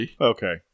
Okay